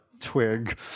twig